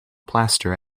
plaster